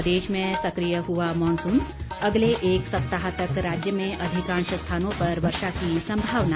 प्रदेश में सक्रिय हुआ मॉनसून अगले एक सप्ताह तक राज्य में अधिकांश स्थानों पर वर्षा की संभावना